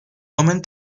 woman